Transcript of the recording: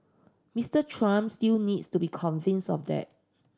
Mister Trump still needs to be convinces of there